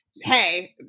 Hey